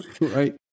right